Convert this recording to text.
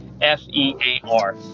F-E-A-R